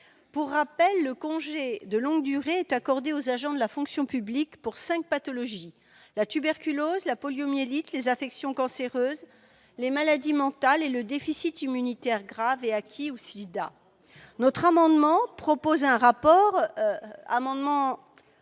Pour rappel, le congé de longue durée est accordé aux agents de la fonction publique pour cinq pathologies : la tuberculose, la poliomyélite, les affections cancéreuses, les maladies mentales et le déficit immunitaire grave et acquis ou SIDA. Notre amendement tend à demander